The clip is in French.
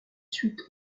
suite